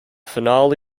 finale